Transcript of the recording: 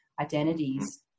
identities